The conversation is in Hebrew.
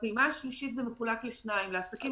בפעימה השלישית זה מחולק לשניים לעסקים